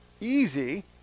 easy